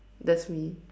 that's me